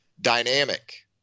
dynamic